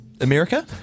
America